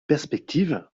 perspective